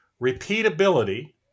repeatability